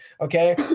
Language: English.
Okay